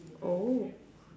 oh